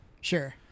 Sure